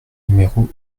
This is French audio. numéro